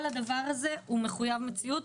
כל הדבר הזה הוא מחויב המציאות,